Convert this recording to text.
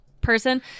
person